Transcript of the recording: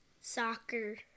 Soccer